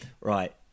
Right